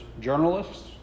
journalists